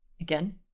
again